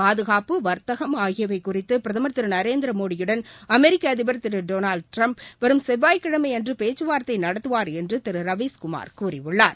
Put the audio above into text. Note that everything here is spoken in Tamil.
பாதுகாப்பு வர்த்தகம் ஆகியவை குறித்து பிரதமர் திரு நரேந்திர மோடியுடன் அமெரிக்க அதிபர் திரு டொனால்டு டிரம்ப் வரும் செவ்வாய் கிழனம அன்று பேச்சுவார்த்தை நடத்துவார் என்று திரு ரவீஸ் குமார் கூறியுள்ளார்